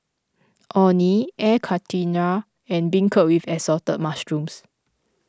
Orh Nee Air Karthira and Beancurd with Assorted Mushrooms